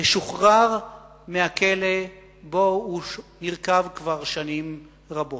ישוחרר מהכלא שבו הוא נרקב כבר שנים רבות.